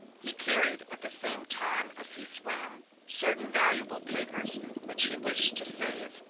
he carried, at the same time, as he swam, certain valuable papers which he wished to save,